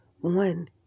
one